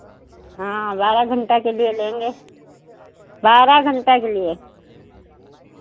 हाँ बारह घंटा के लिए लेंगे बारह घंटा के लिए